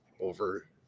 over